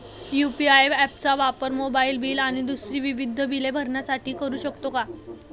UPI app चा वापर मोबाईलबिल आणि दुसरी विविध बिले भरण्यासाठी करू शकतो का?